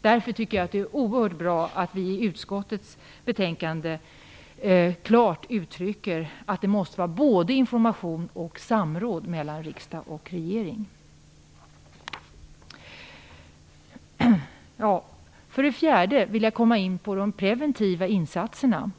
Därför tycker jag att det är oerhört bra att vi i utskottets betänkande klart uttrycker att riksdagen måste få information och att det måste bli ett samråd mellan riksdag och regering. En fjärde sak som jag vill komma in på, är de preventiva insatserna.